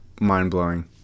mind-blowing